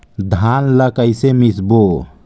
धान ला कइसे मिसबो?